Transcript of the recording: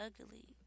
ugly